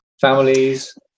families